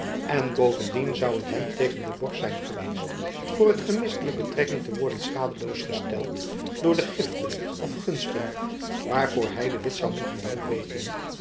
en bovendien zou het hem tegen de borst zijn geweest voor het gemis dier betrekking te worden schadeloos gesteld door giften of gunsten waarvoor hy de witt zoû moeten dank weten